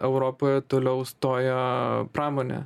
europoje toliau stoja pramonė